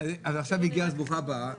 עכשיו היא הגיעה, אז ברוכה הבאה.